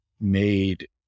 made